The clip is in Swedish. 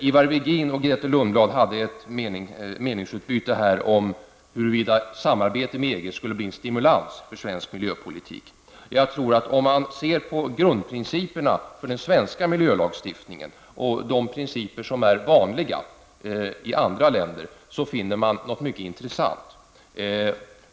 Ivar Virgin och Grethe Lundblad hade ett meningsutbyte om huruvida samarbete med EG skulle bli en stimulans för svensk miljöpolitik. Om man ser på grundprinciperna för den svenska miljölagstiftningen och de principer som är vanliga i andra länder, finner man något mycket intressant.